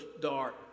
dark